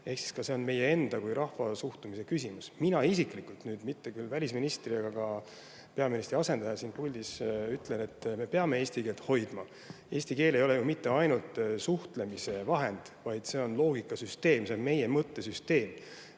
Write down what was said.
räägi. Ka see on meie enda kui rahva suhtumise küsimus. Mina isiklikult, nüüd mitte välisministrina ega ka mitte peaministri asendajana siin puldis, ütlen, et me peame eesti keelt hoidma. Eesti keel ei ole ju mitte ainult suhtlemise vahend, see on meie loogikasüsteem, see on meie mõttesüsteem.